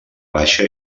baixa